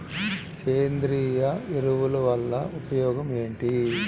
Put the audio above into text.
సేంద్రీయ ఎరువుల వల్ల ఉపయోగమేమిటీ?